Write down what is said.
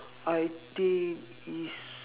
I think it's